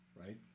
right